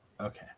okay